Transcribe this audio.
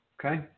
Okay